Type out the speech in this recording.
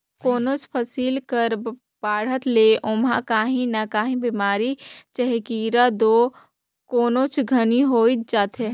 कोनोच फसिल कर बाढ़त ले ओमहा काही न काही बेमारी चहे कीरा दो कोनोच घनी होइच जाथे